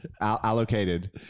allocated